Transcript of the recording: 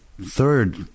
third